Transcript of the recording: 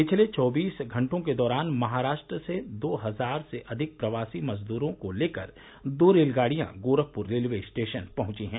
पिछले चौबीस घंटों के दौरान महाराष्ट्र से दो हजार से अधिक प्रवासी मजदूरों को लेकर दो रेलगाड़ियां गोरखपुर रेलवे स्टेशन पहुंची हैं